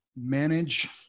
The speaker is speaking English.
manage